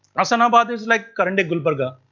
ahsanabad is like current day gulbarga.